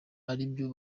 aribyo